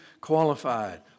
qualified